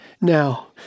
Now